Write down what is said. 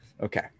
Okay